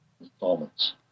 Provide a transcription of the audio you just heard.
installments